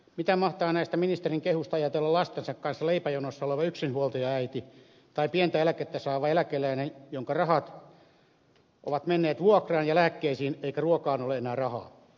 mitä mahtaa näistä ministerin kehuista ajatella lastensa kanssa leipäjonossa oleva yksinhuoltajaäiti tai pientä eläkettä saava eläkeläinen jonka rahat ovat menneet vuokraan ja lääkkeisiin eikä ruokaan ole enää rahaa